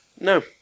No